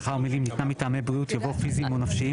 לאחר המילים 'ניתנה מטעמי בריאות' יבוא 'פיזיים או נפשיים'.